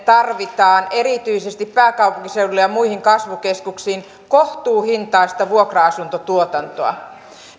tarvitaan erityisesti pääkaupunkiseudulle ja muihin kasvukeskuksiin kohtuuhintaista vuokra asuntotuotantoa